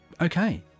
Okay